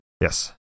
Yes